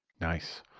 nice